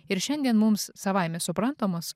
ir šiandien mums savaime suprantamos